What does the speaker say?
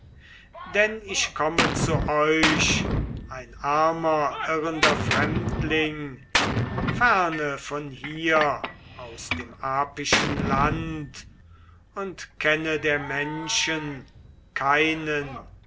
denn ich komme zu euch ein armer irrender fremdling ferne von hier aus dem apischen land und kenne der menschen keinen